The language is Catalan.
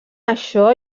això